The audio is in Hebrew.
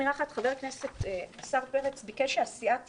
השר פרץ ביקש שהסיעה תיקרא: